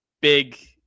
Big